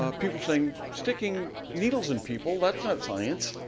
ah people saying, sticking needles in people, that's not science.